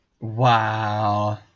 Wow